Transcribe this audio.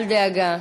שוב,